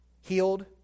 Healed